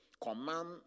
command